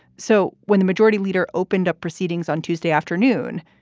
so when the majority leader opened up proceedings on tuesday afternoon,